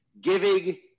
giving